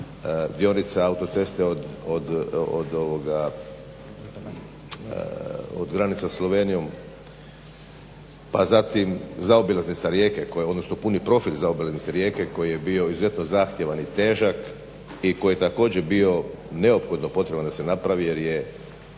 Dionice autoceste od granice sa Slovenijom, pa zatim zaobilaznica Rijeka, odnosno puni profil zaobilaznice Rijeke koji je bio izuzetno zahtjevan i težak i koji je također bio neophodno potreban da se napravi jer je